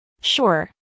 Sure